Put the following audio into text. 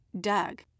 Doug